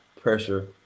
pressure